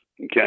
Okay